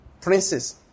Princes